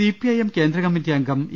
CPIM കേന്ദ്ര committee അംഗം E